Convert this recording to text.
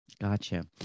Gotcha